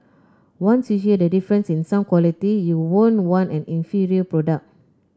once you hear the difference in sound quality you won't want an inferior product